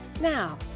Now